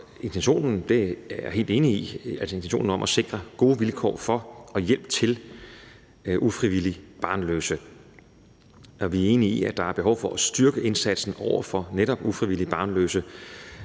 intentionen om at sikre gode vilkår for og hjælp til ufrivilligt barnløse. Vi er enige i, at der er behov for at styrke indsatsen over for netop ufrivilligt barnløse,